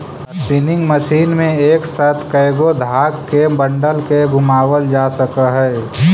spinning machine में एक साथ कएगो धाग के बंडल के घुमावाल जा सकऽ हई